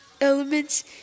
elements